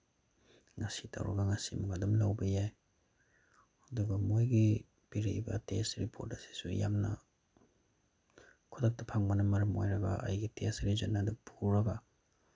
ꯉꯁꯤ ꯇꯧꯔꯒ ꯉꯁꯤꯃꯛ ꯑꯗꯨꯝ ꯂꯧꯕ ꯌꯥꯏ ꯑꯗꯨꯒ ꯃꯣꯏꯒꯤ ꯄꯤꯔꯛꯏꯕ ꯇꯦꯁ ꯔꯤꯄꯣꯔꯠ ꯑꯁꯤꯁꯨ ꯌꯥꯝꯅ ꯈꯨꯗꯛꯇ ꯐꯪꯕꯅ ꯃꯔꯝ ꯑꯣꯏꯔꯒ ꯑꯩꯒꯤ ꯇꯦꯁ ꯔꯤꯖꯜ ꯑꯗꯨ ꯄꯨꯔꯒ